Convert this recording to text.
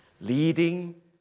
leading